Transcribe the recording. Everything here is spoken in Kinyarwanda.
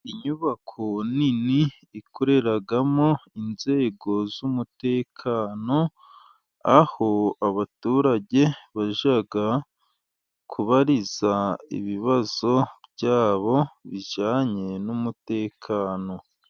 Inyubako nini ikoreramo inzego z'umutekano, aho abaturage bajya kubariza ibibazo byabo bijyanye n'umutekano.